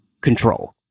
control